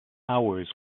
hours